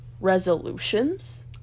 resolutions